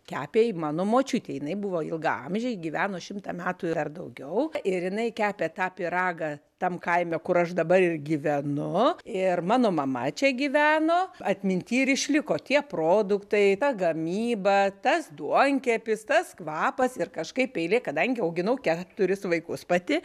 kepė jį mano močiutė jinai buvo ilgaamžė ji gyveno šimtą metų ir dar daugiau ir jinai kepė tą pyragą tam kaime kur aš dabar ir gyvenu ir mano mama čia gyveno atminty ir išliko tie produktai ta gamyba tas duonkepis tas kvapas ir kažkaip eilė kadangi auginau keturis vaikus pati